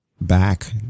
back